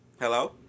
hello